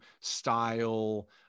style